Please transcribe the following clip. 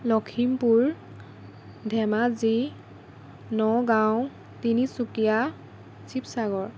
Lakhimpur Dhemaji Nagaon Tinsukia Sivasagar